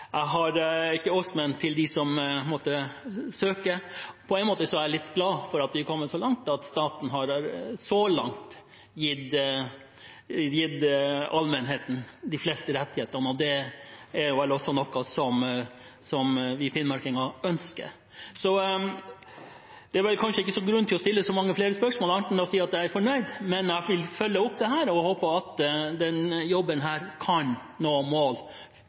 som måtte søke. På en måte er jeg litt glad for at vi har kommet så langt at staten så langt har gitt allmennheten de fleste rettighetene, og det er vel også noe som vi finnmarkinger ønsker. Det er kanskje ikke grunn til å stille så mange flere spørsmål, annet enn å si at jeg er fornøyd. Men jeg vil følge dette opp og håper at denne jobben kan nå